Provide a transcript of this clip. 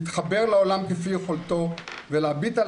להתחבר לעולם כפי יכולתו ולהביט על